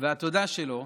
היא